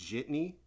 Jitney